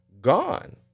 gone